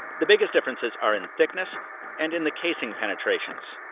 the biggest differences are in thickness and in the casing penetrations.